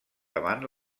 davant